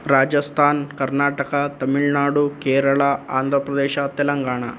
राजस्थान् कर्णाटकः तमिळ्नाडु केरळा आन्ध्रप्रदेश तेलङ्गाणा